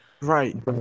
Right